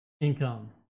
income